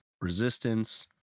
resistance